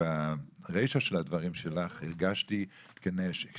ברישה של הדברים שלך הרגשתי שהמשפחות,